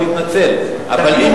להתנצל על מה?